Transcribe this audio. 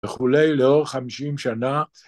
וכולי לאור 50 שנה.